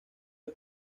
del